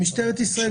משטרת ישראל,